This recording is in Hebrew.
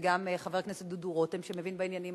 גם מחבר הכנסת דודו רותם שמבין בעניינים